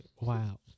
Wow